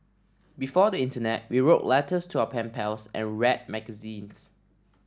before the internet we wrote letters to our pen pals and read magazines